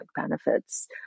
benefits